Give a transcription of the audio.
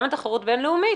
גם לתחרות בין-לאומית.